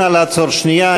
נא לעצור שנייה.